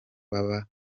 baba